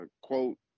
quote